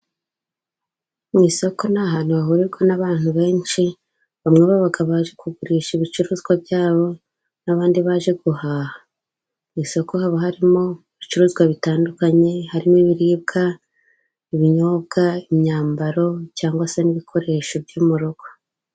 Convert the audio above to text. Mu isoko ni ahantu hahurirwa n'abantu benshi bamwe baba baje kugurisha ibicuruzwa byabo, n'abandi baje guhaha. Ku isoko haba harimo ibicuruzwa bitandukanye harimo ibiribwa, ibinyobwa, imyambaro cyangwa se n'ibikoresho byo mu rugo.